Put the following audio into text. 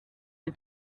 dem